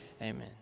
Amen